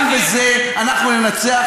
גם בזה אנחנו ננצח.